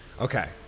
Okay